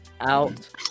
Out